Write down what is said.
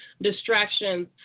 distractions